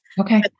Okay